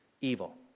evil